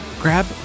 grab